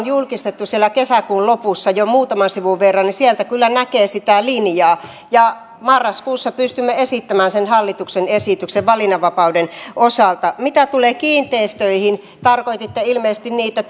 julkistettu siellä kesäkuun lopussa jo muutaman sivun verran kyllä näkee sitä linjaa ja marraskuussa pystymme esittämään sen hallituksen esityksen valinnanvapauden osalta mitä tulee kiinteistöihin tarkoititte ilmeisesti niitä